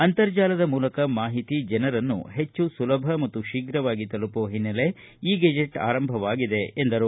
ಅಂತರ್ಜಾಲದ ಮೂಲಕ ಮಾಹಿತಿ ಜನರನ್ನು ಹೆಚ್ಚು ಸುಲಭ ಮತ್ತು ಶೀಘವಾಗಿ ತಲುಪುವ ಹಿನ್ನೆಲೆಯಲ್ಲಿ ಇ ಗೆಜೆಟ್ ಆರಂಭವಾಗಿದೆ ಎಂದರು